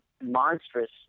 monstrous